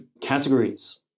categories